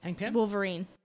Wolverine